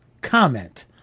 comment